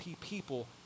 people